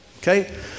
okay